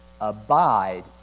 abide